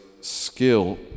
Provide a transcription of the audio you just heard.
skill